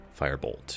Firebolt